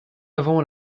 avant